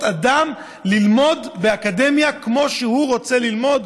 אדם ללמוד באקדמיה כמו שהוא רוצה ללמוד?